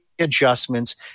adjustments